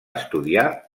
estudiar